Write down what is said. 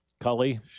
Cully